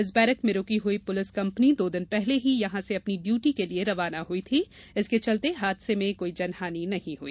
इस बैरक में रुकी हुई पुलिस कंपनी दो दिन पहले ही यहां से अपनी ड्यूटी के लिए रवाना हुई थी इसके चलते हादसे में कोई जनहानि नहीं हुई